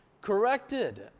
corrected